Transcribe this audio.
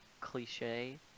cliche